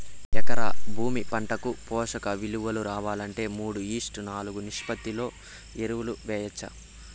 ఎకరా భూమి పంటకు పోషక విలువలు రావాలంటే మూడు ఈష్ట్ నాలుగు నిష్పత్తిలో ఎరువులు వేయచ్చా?